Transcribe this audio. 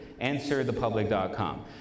Answerthepublic.com